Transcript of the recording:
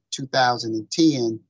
2010